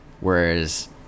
whereas